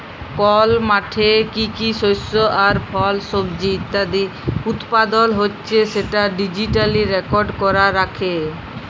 call মাঠে কি কি শস্য আর ফল, সবজি ইত্যাদি উৎপাদল হচ্যে সেটা ডিজিটালি রেকর্ড ক্যরা রাখা